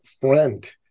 friend